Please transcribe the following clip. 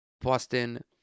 boston